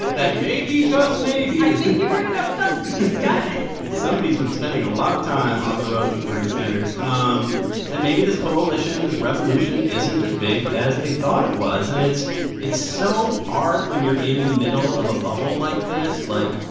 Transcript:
that maybe, just maybe. i think you've heard enough stump speeches, scott somebody's been spending a lot of time on the road with bernie sanders um that maybe this coalition, this revolution, isn't as big as they thought it was. and it's it's so hard when you're in the middle of a bubble like this like,